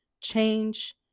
change